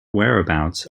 whereabouts